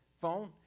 phone